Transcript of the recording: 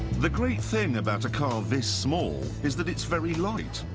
the great thing about a car this small is that it's very light.